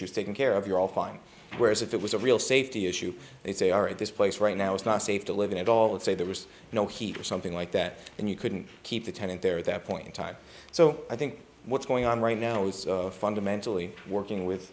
issues taken care of you're all fine whereas if it was a real safety issue they say are at this place right now it's not safe to live in at all and say there was no heat or something like that and you couldn't keep the tenant there at that point in time so i think what's going on right now is fundamentally working with